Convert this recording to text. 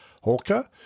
Hawker